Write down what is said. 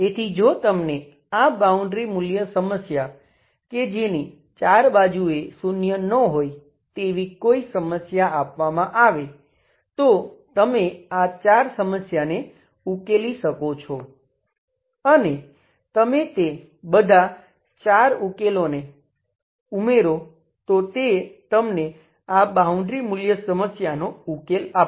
તેથી જો તમને આ બાઉન્ડ્રી મૂલ્ય સમસ્યા કે જેની 4 બાજુંએ શૂન્ય ન હોય તેવી કોઈ સમસ્યા આપવામાં આવે તો તમે આ 4 સમસ્યાને ઉકેલી શકો છો અને તમે તે બધાં 4 ઉકેલોને ઉમેરો તો તે તમને આ બાઉન્ડ્રી મૂલ્ય સમસ્યાનો ઉકેલ આપશે